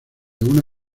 una